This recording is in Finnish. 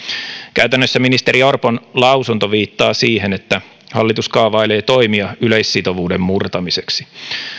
käytännössä ministeri orpon lausunto viittaa siihen että hallitus kaavailee toimia yleissitovuuden murtamiseksi